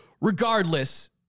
regardless